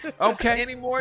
Okay